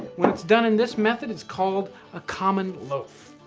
when it's done in this method, it's called a common loaf.